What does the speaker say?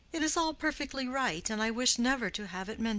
it is all perfectly right, and i wish never to have it mentioned.